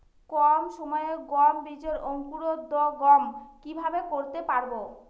কম সময়ে গম বীজের অঙ্কুরোদগম কিভাবে করতে পারব?